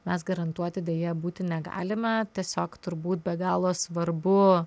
mes garantuoti deja būti negalime tiesiog turbūt be galo svarbu